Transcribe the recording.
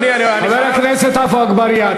חבר הכנסת עפו אגבאריה,